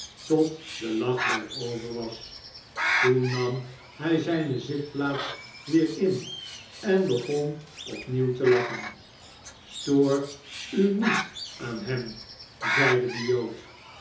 tot de lachbui over was toen nam hij zijne zitplaats weer in en begon opnieuw te lachen stoor u niet aan hem zeide de jood